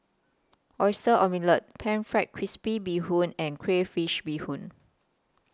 Oyster Omelette Pan Fried Crispy Bee Hoon and Crayfish Beehoon